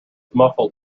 muffled